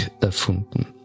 erfunden